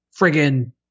friggin